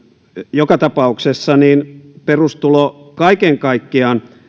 joka tapauksessa perustulo kaiken kaikkiaan